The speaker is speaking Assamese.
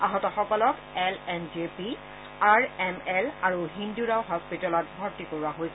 আহতসকলক L N J P R M L আৰু হিন্দু ৰাও হস্পিটেলত ভৰ্তি কৰোৱা হৈছে